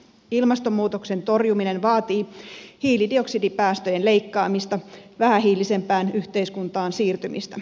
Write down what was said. ilmastonmuutoksen torjuminen vaatii hiilidioksidipäästöjen leikkaamista vähähiilisempään yhteiskuntaan siirtymistä